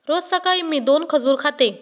रोज सकाळी मी दोन खजूर खाते